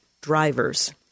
drivers